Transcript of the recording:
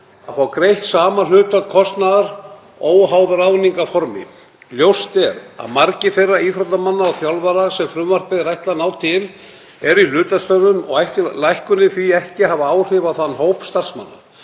að fá greitt sama hlutfall kostnaðar óháð ráðningarformi. Ljóst er að margir þeirra íþróttamanna og þjálfara sem frumvarpinu er ætlað að ná til eru í hlutastörfum og ætti lækkunin því ekki að hafa áhrif á þann hóp starfsmanna.